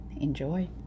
Enjoy